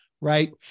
right